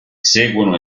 seguono